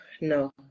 no